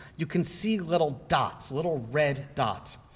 you can see little dots, little red dots.